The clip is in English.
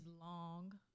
long